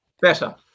Better